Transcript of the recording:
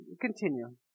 Continue